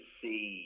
see